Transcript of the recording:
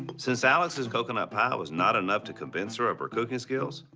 since alex's coconut pie was not enough to convince her of her cooking skills,